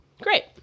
great